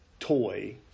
toy